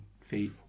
feet